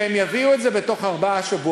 שהם יביאו את זה בתוך ארבעה שבועות.